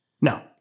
No